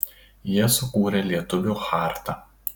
jie sukūrė lietuvių chartą